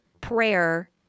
prayer